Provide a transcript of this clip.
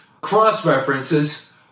cross-references